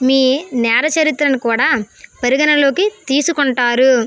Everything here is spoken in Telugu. మీ నేర చరిత్రను కూడా పరిగణనలోకి తీసుకుంటారు